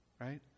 right